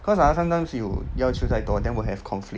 cause ah sometimes you 要求太多 then will have conflict